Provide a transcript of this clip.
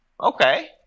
Okay